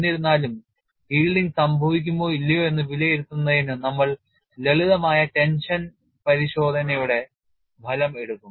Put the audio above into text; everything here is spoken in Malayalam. എന്നിരുന്നാലും yielding സംഭവിക്കുമോ ഇല്ലയോ എന്ന് വിലയിരുത്തുന്നതിന് നമ്മൾ ലളിതമായ ടെൻഷൻ പരിശോധനയുടെ ഫലം എടുക്കും